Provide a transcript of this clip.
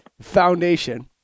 Foundation